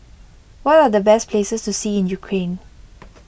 what are the best places to see in Ukraine